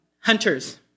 Hunters